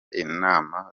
inama